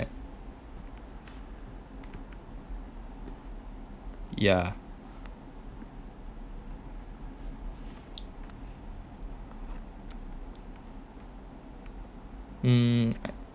yeah hmm